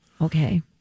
Okay